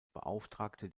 beauftragte